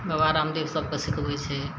बाबा रामदेव सभकऽ सिखबैत छै